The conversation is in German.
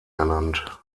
ernannt